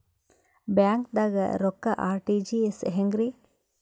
ಬ್ಯಾಂಕ್ದಾಗ ರೊಕ್ಕ ಆರ್.ಟಿ.ಜಿ.ಎಸ್ ಹೆಂಗ್ರಿ?